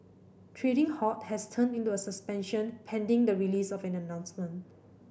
trading halt has turned into a suspension pending the release of an announcement